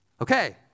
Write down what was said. Okay